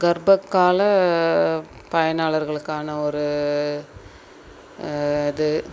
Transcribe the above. கர்ப்பக்கால பயனாளர்களுக்கான ஒரு இது